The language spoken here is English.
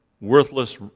worthless